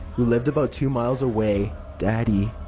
who lived about two miles away. daddy?